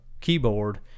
keyboard